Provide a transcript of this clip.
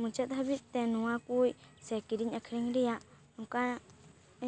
ᱢᱩᱪᱟᱹᱫ ᱦᱟᱹᱵᱤᱡ ᱛᱮ ᱱᱚᱣᱟ ᱠᱚ ᱠᱤᱨᱤᱧ ᱟᱠᱷᱨᱤᱧ ᱨᱮᱭᱟᱜ ᱚᱱᱠᱟᱱᱟᱜ